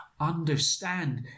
understand